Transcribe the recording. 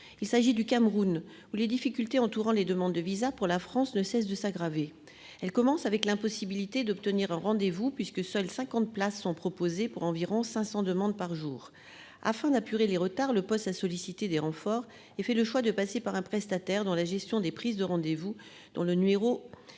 Il s'agit du Cameroun ou les difficultés entourant les demandes de visas pour la France ne cesse de s'aggraver. Elle commence avec l'impossibilité d'obtenir un rendez vous puisque seuls 50 places sont proposées pour environ 500 demandes par jour afin d'apurer les retards. Le poste a sollicité des renforts. Il fait le choix de passer par un prestataire dans la gestion des prises de rendez vous dans le numéro.